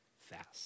fast